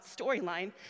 storyline